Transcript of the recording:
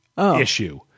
issue